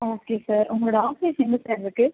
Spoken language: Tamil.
ஓகே சார் உங்களோடு ஆஃபீஸ் எங்கே சார் இருக்குது